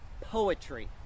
poetry